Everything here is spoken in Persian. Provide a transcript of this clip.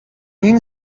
این